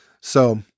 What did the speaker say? So-